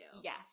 Yes